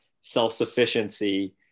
self-sufficiency